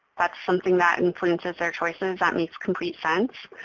that's something that influences their choices. that makes complete sense.